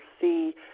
see